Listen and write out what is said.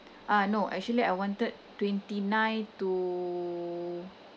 ah no actually I wanted twenty nine to